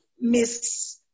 Miss